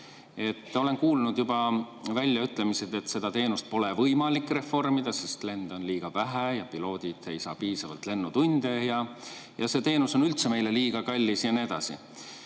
Olen kuulnud juba väljaütlemisi, et seda teenust pole võimalik reformida, sest lende on liiga vähe ja piloodid ei saa piisavalt lennutunde ja see teenus on üldse meile liiga kallis ja nii edasi.